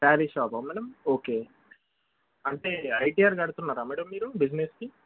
శారీ షాపా madam okay అంటే ITR కడుతున్నారా మేడం మీరు బిజినెస్కి